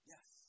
Yes